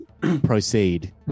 proceed